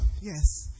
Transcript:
yes